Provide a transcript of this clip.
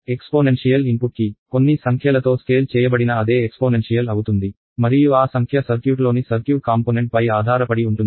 exponential input కి కొన్ని సంఖ్యలతో స్కేల్ చేయబడిన అదే ఎక్స్పోనెన్షియల్ అవుతుంది మరియు ఆ సంఖ్య సర్క్యూట్లోని సర్క్యూట్ కాంపొనెంట్ పై ఆధారపడి ఉంటుంది